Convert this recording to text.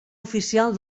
oficial